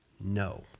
no